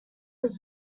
was